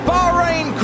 Bahrain